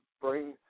Bring